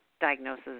diagnosis